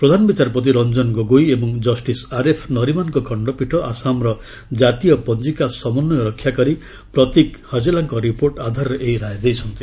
ପ୍ରଧାନ ବିଚାରପତି ରଞ୍ଜନ ଗୋଗୋଇ ଏବଂ justice RF ନରିମାନ୍ଙ୍କ ଖଣ୍ଡପୀଠ ଆସାମର ଜାତୀୟ ପଞ୍ଜିକା ସମନ୍ୱୟ ରକ୍ଷାକାରୀ ପ୍ରତୀକ ହଜେଲାଙ୍କ ରିପୋର୍ଟ୍ ଆଧାରରେ ଏହି ରାୟ ଦେଇଛନ୍ତି